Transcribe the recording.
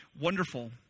wonderful